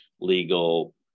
legal